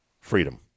freedom